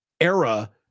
era